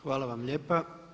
Hvala vam lijepa.